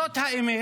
זאת האמת,